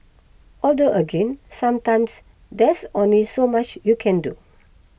although again sometimes there's only so much you can do